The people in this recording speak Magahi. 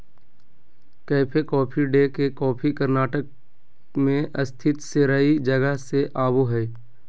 कैफे कॉफी डे के कॉफी कर्नाटक मे स्थित सेराई जगह से आवो हय